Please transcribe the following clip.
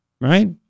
Right